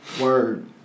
word